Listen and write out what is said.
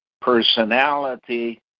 personality